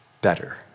better